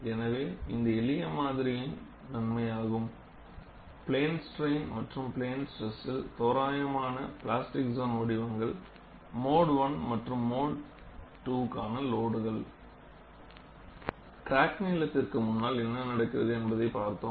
எனவே இது இந்த எளிய மாதிரியின் நன்மை ஆகும் பிளேன் ஸ்ட்ரைன் மற்றும் பிளேன் ஸ்ட்ரெஸ்யில் தோராயமான பிளாஸ்டிக் சோன் வடிவங்கள் மோடு I மற்றும் மோடு lIக்கான லோடிங்க் கிராக்நீளத்திற்கு முன்னால் என்ன நடக்கிறது என்பதை பார்த்தோம்